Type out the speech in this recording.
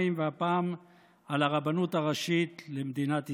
2, והפעם על הרבנות הראשית למדינת ישראל.